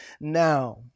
now